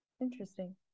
Interesting